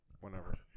whenever